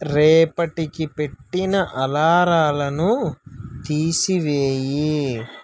రేపటికి పెట్టిన అలారాలను తీసివేయి